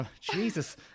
Jesus